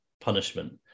punishment